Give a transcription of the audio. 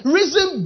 Reason